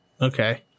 Okay